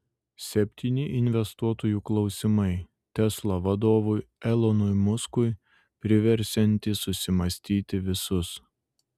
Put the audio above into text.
septyni investuotojų klausimai tesla vadovui elonui muskui priversiantys susimąstyti visus